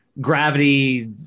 gravity